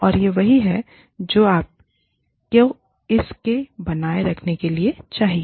और यह वही है जो आपको इस को बनाए रखने के लिए चाहिए